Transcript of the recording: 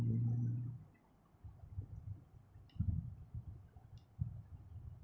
mm